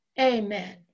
Amen